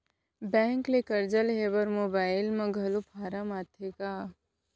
Bank ले करजा लेहे बर का मोबाइल म घलो फार्म आथे का?